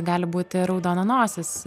gali būti raudona nosis